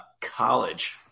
college